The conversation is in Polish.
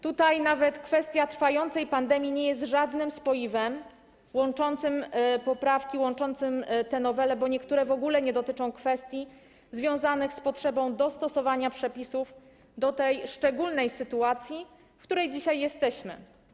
Tutaj nawet kwestia trwającej pandemii nie jest żadnym spoiwem łączącym poprawki, łączącym te nowele, bo niektóre w ogóle nie dotyczą kwestii związanych z potrzebą dostosowania przepisów do tej szczególnej sytuacji, w której dzisiaj jesteśmy.